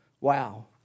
Wow